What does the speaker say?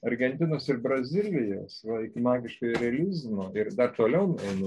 argentinos ir brazilijoje va iki magiškojo realizmo ir dar toliau einu